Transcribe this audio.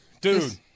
Dude